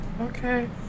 okay